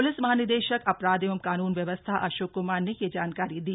police महानिदेशक अपराध एवं कानून व्यवस्था अशोक क्मार ने यह जानकारी दी